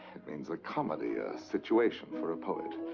it means a comedy, a situation for a poet.